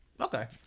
Okay